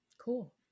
Cool